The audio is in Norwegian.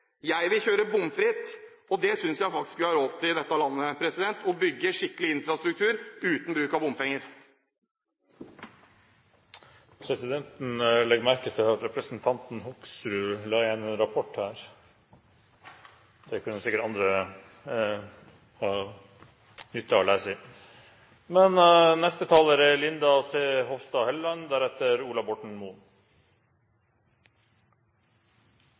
Jeg vil kjøre bomfritt. Jeg synes faktisk vi i dette landet har råd til å bygge skikkelig infrastruktur, uten bruk av bompenger. Presidenten legger merke til at representanten Hoksrud har lagt igjen en rapport her. Den kan sikkert andre ha nytte